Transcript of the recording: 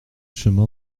chemin